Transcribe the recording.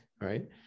right